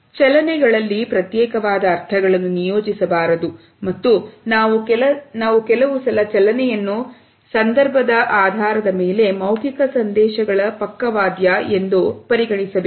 ಚಲನೆಗಳಲ್ಲಿ ಪ್ರತ್ಯೇಕವಾದ ಅರ್ಥಗಳನ್ನು ನಿಯೋಜಿಸ ಬಾರದು ಮತ್ತು ನಾವು ಕೆಲಸ ಚಲನೆಯನ್ನು ಸಂದರ್ಭದ ಆಧಾರದ ಮೇಲೆ ಮೌಖಿಕ ಸಂದೇಶಗಳ ಪಕ್ಕವಾದ್ಯ ಎಂದು ಪರಿಗಣಿಸಬಹುದು